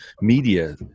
media